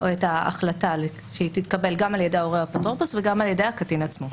כך שההחלטה תתקבל גם על ידי ההורה או האפוטרופוס וגם על ידי הקטין עצמו.